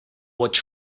watch